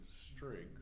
strength